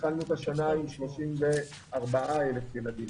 התחלנו את השנה עם 34,000 ילדים.